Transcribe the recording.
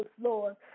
Lord